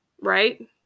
right